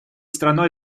страной